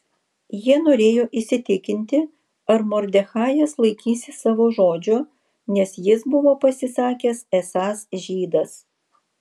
jie norėjo įsitikinti ar mordechajas laikysis savo žodžio nes jis buvo pasisakęs esąs žydas